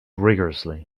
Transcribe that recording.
rigourously